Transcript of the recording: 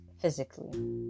physically